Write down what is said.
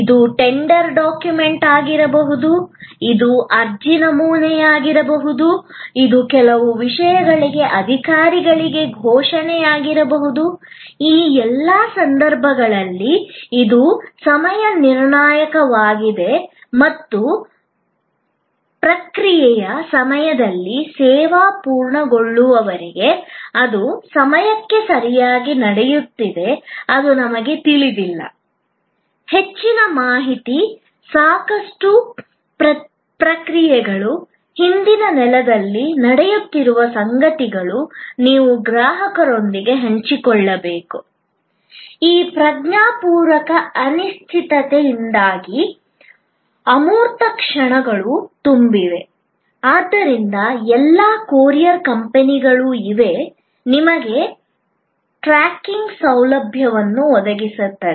ಇದು tender document ಆಗಿರಬಹುದು ಇದು ಅರ್ಜಿ ನಮೂನೆಯಾಗಿರಬಹುದು ಇದು ಕೆಲವು ವಿಷಯಗಳಿಗೆ ಅಧಿಕಾರಿಗಳಿಗೆ ಘೋಷಣೆಯಾಗಿರಬಹುದು ಈ ಎಲ್ಲಾ ಸಂದರ್ಭಗಳಲ್ಲಿ ಇದು ಸಮಯ ನಿರ್ಣಾಯಕವಾಗಿದೆ ಮತ್ತು ಪ್ರಕ್ರಿಯೆಯ ಸಮಯದಲ್ಲಿ ಸೇವೆ ಪೂರ್ಣಗೊಳ್ಳುವವರೆಗೆ ಅದು ಸಮಯಕ್ಕೆ ಸರಿಯಾಗಿ ನಡೆಯುತ್ತಿದೆ ಅದು ನಮಗೆ ತಿಳಿದಿಲ್ಲ ಹೆಚ್ಚಿನ ಮಾಹಿತಿ ಸಾಕಷ್ಟು ಪ್ರಕ್ರಿಯೆಗಳು ಹಿಂದಿನ ನೆಲದಲ್ಲಿ ನಡೆಯುತ್ತಿರುವ ಸಂಗತಿಗಳು ನೀವು ಗ್ರಾಹಕರೊಂದಿಗೆ ಹಂಚಿಕೊಳ್ಳಬೇಕು ಈ ಪ್ರಜ್ಞಾಪೂರ್ವಕ ಅನಿಶ್ಚಿತತೆಯಿಂದಾಗಿ ಅಮೂರ್ತ ಕ್ಷಣಗಳು ತುಂಬಿವೆ ಆದ್ದರಿಂದ ಎಲ್ಲ ಕೊರಿಯರ್ ಕಂಪನಿಗಳು ಇವೆ ನಿಮಗೆ ಟ್ರ್ಯಾಕಿಂಗ್ ಸೌಲಭ್ಯವನ್ನು ಒದಗಿಸುತ್ತದೆ